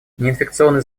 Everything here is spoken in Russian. неинфекционные